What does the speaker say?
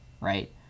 right